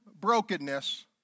brokenness